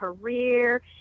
career